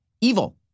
evil